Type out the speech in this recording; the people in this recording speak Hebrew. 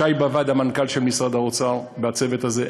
שי באב"ד, המנכ"ל של משרד האוצר, בצוות הזה.